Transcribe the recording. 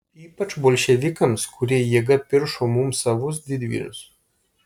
ypač bolševikams kurie jėga piršo mums savus didvyrius